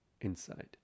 inside